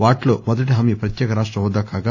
వాటిలో మొదటి హామీ ప్రత్యేక రాష్ట హోదా కాగా